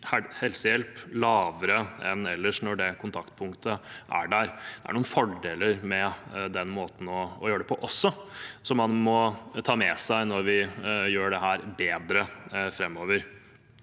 helsehjelp lavere enn ellers når det kontaktpunktet er der. Det er noen fordeler ved den måten å gjøre det på også, som man må ta med seg når vi gjør dette bedre framover.